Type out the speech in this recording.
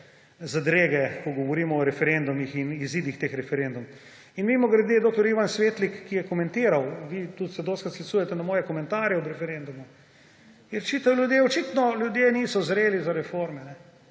zadrege, ko govorimo o referendumih in izidih teh referendumov. Mimogrede, dr. Ivan Svetlik, ki je komentiral – vi se tudi dostikrat sklicujete na moje komentarja ob referendumu –, očitno ljudje niso zreli za reforme,